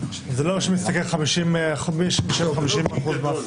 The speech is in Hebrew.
שמשלמים 50% מס.